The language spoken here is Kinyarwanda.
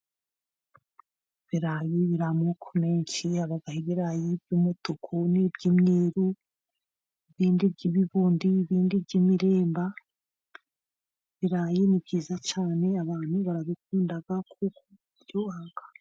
Ibirayi bir'amoko menshi, haba ibirayi by'umutuku, n'iby'umweru ibindi by'ibibundi n'ibindi by'imirimba, ibirayi ni byiza cyane abantu barabikunda kuko byubaka.